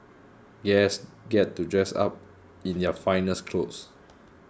guests get to dress up in their finest clothes